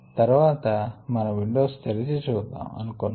తర్వాత మనం విండోస్ తెరచి చూద్దాం అనుకొన్నాము